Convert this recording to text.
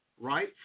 right